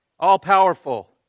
All-powerful